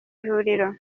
ivuriro